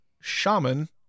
Shaman